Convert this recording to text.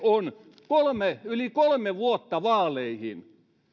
on että yli kolme vuotta vaaleihin